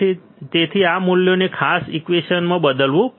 તેથી મારે આ મૂલ્યને આ ખાસ ઈક્વેશનમાં બદલવું પડશે